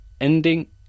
ending